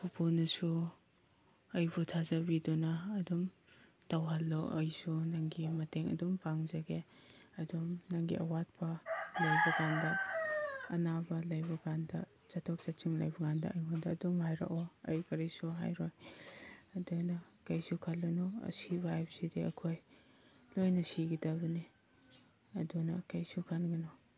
ꯄꯨꯄꯨꯅꯁꯨ ꯑꯩꯕꯨ ꯊꯥꯖꯕꯤꯗꯨꯅ ꯑꯗꯨꯝ ꯇꯧꯍꯜꯂꯣ ꯑꯩꯁꯨ ꯅꯪꯒꯤ ꯃꯇꯦꯡ ꯑꯗꯨꯝ ꯄꯥꯡꯖꯒꯦ ꯑꯗꯨꯝ ꯅꯪꯒꯤ ꯑꯋꯥꯠꯄ ꯂꯩꯕꯀꯥꯟꯗ ꯑꯅꯥꯕ ꯂꯩꯕꯀꯥꯟꯗ ꯆꯠꯊꯣꯛ ꯆꯠꯁꯤꯟ ꯂꯩꯕ ꯀꯥꯟꯗ ꯑꯩꯉꯣꯟꯗ ꯑꯗꯨꯝ ꯍꯥꯏꯔꯛꯑꯣ ꯑꯩ ꯀꯔꯤꯁꯨ ꯍꯥꯏꯔꯣꯏ ꯑꯗꯨꯅ ꯀꯩꯁꯨ ꯈꯜꯂꯨꯅꯨ ꯑꯁꯤꯕ ꯍꯥꯏꯕꯁꯤꯗꯤ ꯑꯩꯈꯣꯏ ꯂꯣꯏꯅ ꯁꯤꯒꯗꯕꯅꯤ ꯑꯗꯨꯅ ꯀꯩꯁꯨ ꯈꯟꯒꯅꯨ